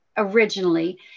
originally